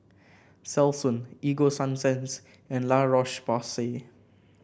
Selsun Ego Sunsense and La Roche Porsay